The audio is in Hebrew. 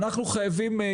אנחנו חייבים,